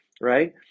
right